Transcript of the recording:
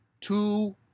Two